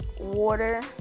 water